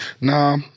Nah